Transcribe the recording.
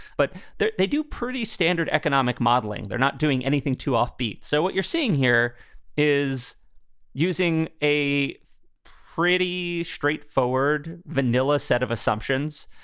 but they do pretty standard economic modelling. they're not doing anything to off-beat. so what you're seeing here is using a pretty straightforward vanilla set of assumptions.